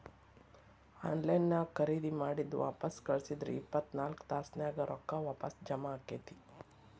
on line ನ್ಯಾಗ್ ಖರೇದಿ ಮಾಡಿದ್ ವಾಪಸ್ ಕಳ್ಸಿದ್ರ ಇಪ್ಪತ್ನಾಕ್ ತಾಸ್ನ್ಯಾಗ್ ರೊಕ್ಕಾ ವಾಪಸ್ ಜಾಮಾ ಆಕ್ಕೇತಿ